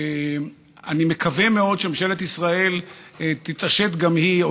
אני מקווה מאוד שממשלת ישראל תתעשת גם היא.